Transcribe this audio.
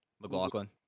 McLaughlin